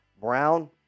Brown